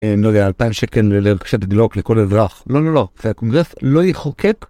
אה, לא יודע, אלפיים שקל לרכשת גלוק לכל אדרך. לא, לא, לא. זה הקונגרס לא ייחוקק.